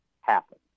happen